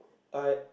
I